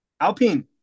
Alpine